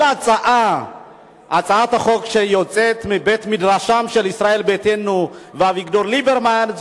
כל הצעת חוק שיוצאת מבית-מדרשם של ישראל ביתנו ואביגדור ליברמן,